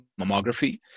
mammography